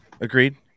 Agreed